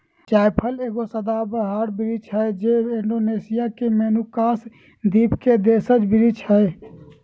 जायफल एगो सदाबहार वृक्ष हइ जे इण्डोनेशिया के मोलुकास द्वीप के देशज वृक्ष हइ